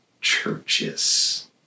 churches